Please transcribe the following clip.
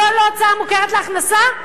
זו לא הוצאה מוכרת למס הכנסה?